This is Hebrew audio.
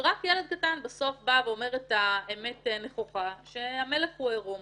ורק ילד קטן בסוף בא ואומר את האמת נכוחה שהמלך הוא עירום.